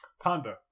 Panda